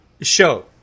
show